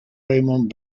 raymond